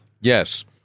Yes